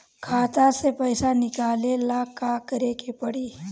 खाता से पैसा निकाले ला का करे के पड़ी?